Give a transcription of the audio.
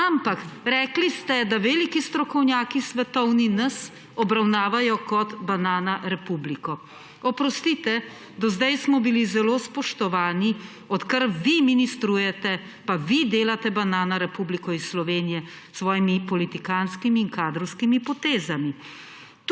Ampak rekli ste, da nas veliki svetovni strokovnjaki obravnavajo kot banana republiko. Oprostite, do zdaj smo bili zelo spoštovani, odkar vi ministrujete, pa vi delate banana republiko iz Slovenije s svojimi politikantskimi in kadrovskimi potezami.